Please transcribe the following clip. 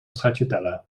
stracciatella